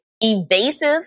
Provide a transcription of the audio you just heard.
evasive